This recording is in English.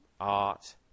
art